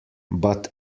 but